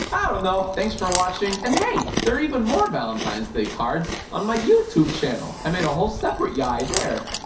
ah i dunno! thanks for watching and hey, there are even more valentine's day cards on my youtube channel! i made a whole separate yiay there!